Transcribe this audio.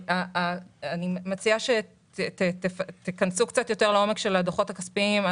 אני מציעה שתיכנסו קצת יותר לעומק של הדוחות הכספיים.